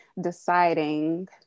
deciding